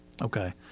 Okay